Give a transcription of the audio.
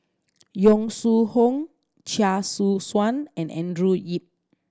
Yong Shu Hoong Chia Choo Suan and Andrew Yip